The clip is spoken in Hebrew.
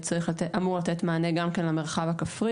שאמור לתת מענה גם כן למרחב הכפרי,